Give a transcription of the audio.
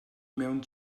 mewn